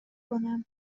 کنم